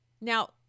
Now